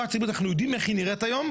הציבורית אנחנו יודעים איך היא נראית היום